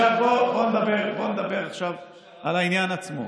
עכשיו בוא נדבר על העניין עצמו.